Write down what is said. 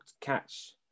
catch